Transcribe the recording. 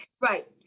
Right